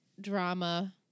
drama